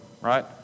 right